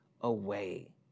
away